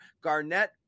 Garnett